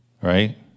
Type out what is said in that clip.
right